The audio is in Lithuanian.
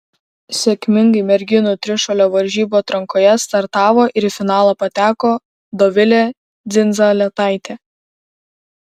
sėkmingai merginų trišuolio varžybų atrankoje startavo ir į finalą pateko dovilė dzindzaletaitė